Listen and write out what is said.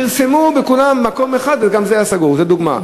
פרסמו בכל מקום, וגם זה היה סגור, לדוגמה.